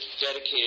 dedicated